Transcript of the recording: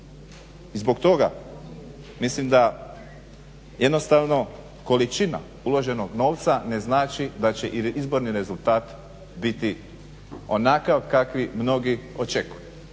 Zbog toga mislim da jednostavno količina uloženog novca ne znači da će izborni rezultat biti onakav kakvi mnogi očekuju.